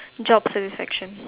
job satisfaction